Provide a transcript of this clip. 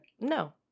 No